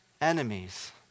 enemies